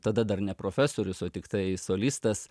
tada dar ne profesorius o tiktai solistas